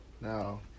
Now